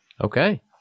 Okay